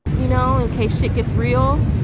you know, in case she gets real.